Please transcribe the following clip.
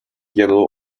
yellow